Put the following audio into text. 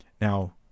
Now